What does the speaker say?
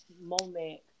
moment